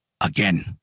again